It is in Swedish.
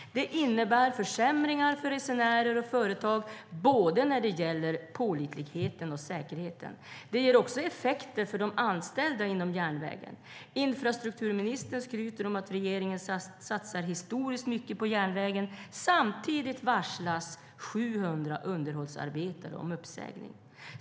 Det innebär försämringar för resenärer och företag när det gäller både pålitligheten och säkerheten. Det ger också effekter för de anställda inom järnvägen. Infrastrukturministern skryter om att regeringen satsar historiskt mycket på järnvägen. Samtidigt varslas 700 underhållsarbetare om uppsägning.